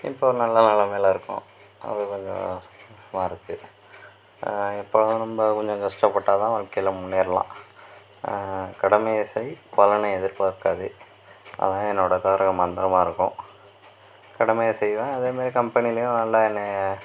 இப்போது ஒரு நல்ல நிலைமைல இருக்கோம் அது கொஞ்சம் இருக்கு எப்போதும் நம்ம கொஞ்சம் கஷ்டப்பட்டால் தான் வாழ்க்கையில் முன்னேறலாம் கடமையை செய் பலனை எதிர்பார்க்காதே அதான் என்னோட தாரக மந்திரமா இருக்கும் கடமையை செய்வேன் அதேமாதிரி கம்பெனிலேயும் நல்லா என்னை